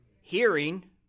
Hearing